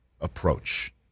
approach